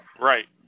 right